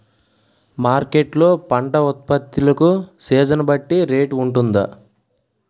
Market లొ పంట ఉత్పత్తి లకు సీజన్ బట్టి రేట్ వుంటుందా?